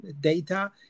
data